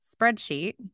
spreadsheet